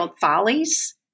Follies